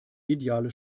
ideale